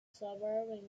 suburb